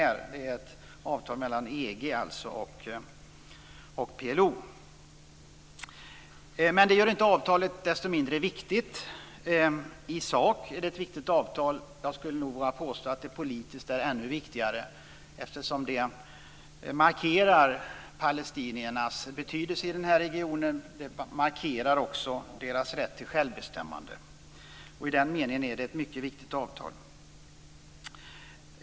Det är alltså ett avtal mellan EG och Detta gör dock inte avtalet mindre viktigt. I sak är det ett viktigt avtal, men jag skulle nog vilja påstå att det politiskt är ännu viktigare. Det markerar nämligen palestiniernas betydelse i den här regionen och även deras rätt till självbestämmande. I den meningen är det ett mycket viktigt avtal.